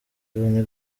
loni